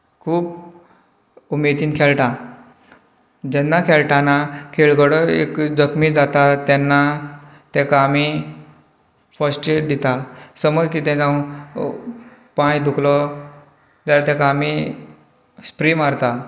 खूब उमेदीन खेळटात जेन्ना खेळटाना खेळगडो एक जखमी जाता तेन्ना तेका आमी फस्ड एड दिता समज कितें जावं पांय दुखलो जाल्यार तेका आमी स्प्रे मारतात